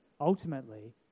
ultimately